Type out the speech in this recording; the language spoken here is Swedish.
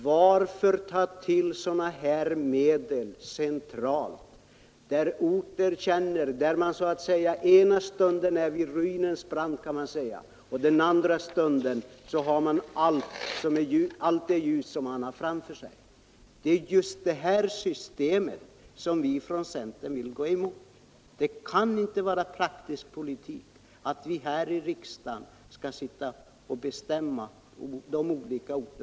Varför ta till centralt att man på en ort den ena stunden känner sig stå på ruinens brant och den andra stunden menar sig kunna se ljust på framtiden? Det är just detta system som vi från centern vill gå emot. Det kan inte vara praktisk politik att vi här i riksdagen skall sitta och bestämma de